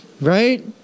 Right